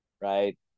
right